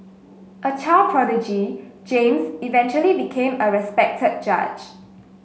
a child prodigy James eventually became a respected judge